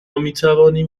میتوانیم